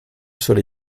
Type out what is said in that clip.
suele